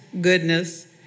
goodness